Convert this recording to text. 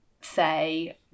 say